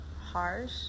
harsh